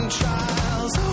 trials